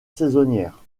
saisonnière